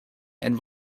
and